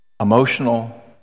emotional